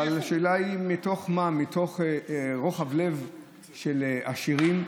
אבל השאלה היא מתוך מה, מתוך רוחב לב של עשירים?